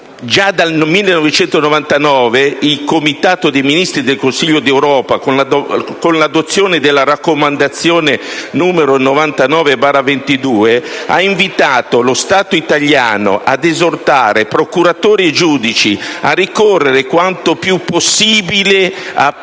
Già dal 1999, il Comitato dei ministri del Consiglio d'Europa, con l'adozione della raccomandazione n. (99)22, ha invitato lo Stato italiano ad esortare procuratori e giudici a ricorrere quanto più possibile a